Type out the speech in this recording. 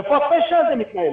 איך הפשע הזה מתנהל?